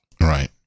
Right